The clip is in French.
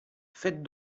faites